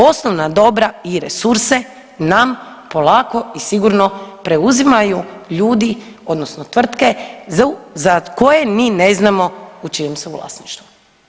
Osnovna dobra i resurse nam polako i sigurno preuzimaju ljudi odnosno tvrtke za koje ni ne znamo u čijem su vlasništvu.